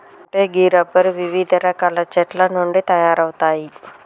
అంటే గీ రబ్బరు వివిధ రకాల చెట్ల నుండి తయారవుతాయి